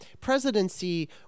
presidency